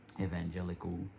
evangelical